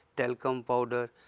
talcum powder.